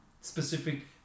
specific